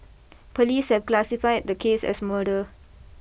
police have classified the case as murder